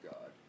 God